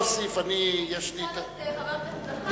אפשר לשאול את חבר הכנסת זחאלקה.